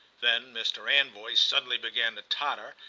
then mr. anvoy suddenly began to totter,